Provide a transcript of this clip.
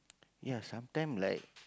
ya sometime like